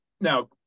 now